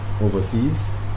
overseas